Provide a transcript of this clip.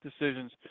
decisions